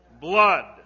blood